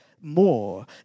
more